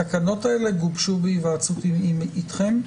התקנות האלה גובשו בהיוועצות איתכם?